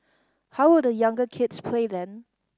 how will the younger kids play then